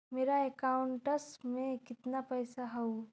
मेरा अकाउंटस में कितना पैसा हउ?